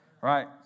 right